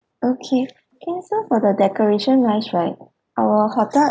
okay can so for the decoration wise right our hotel